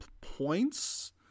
points